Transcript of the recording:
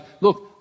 look